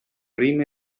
dream